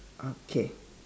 okay